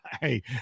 Hey